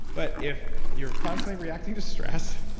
but if you're constantly reacting to stress,